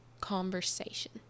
conversation